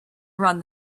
run